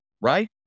right